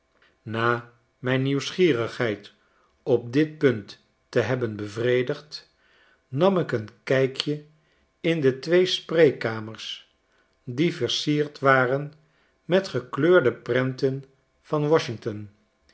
na mijn nieuwsgierigheid op dit punt te hebben bevredigd nam ik een kijkje in de twee spreekkamers die versierd waren met gekleurde prenten van washington